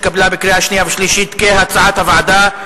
התקבלה בקריאה שנייה ושלישית כהצעת הוועדה.